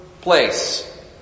place